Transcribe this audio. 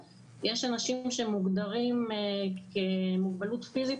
יש אנשים שמוגדרים כמוגבלות פיזית,